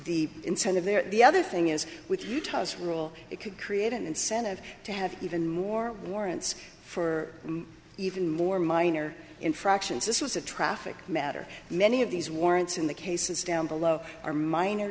there the other thing is with utah's rule it could create an incentive to have even more warrants for even more minor infractions this was a traffic matter many of these warrants in the cases down below are minor